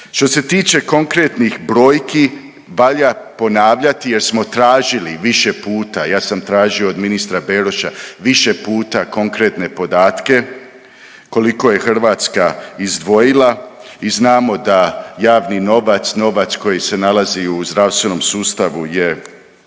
Što se tiče konkretnih brojki valja ponavljati jer smo tražili više puta, ja sam tražio od ministra Beroša više puta konkretne podatke koliko je Hrvatska izdvojila i znamo da javni novac, novac koji se nalazi u zdravstvenom sustavu je